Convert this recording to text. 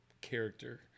character